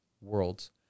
worlds